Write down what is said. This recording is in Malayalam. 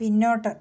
പിന്നോട്ട്